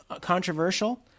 controversial